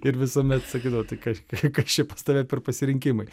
ir visuomet sakydavo tai kaž kas čia pas tave per pasirinkimai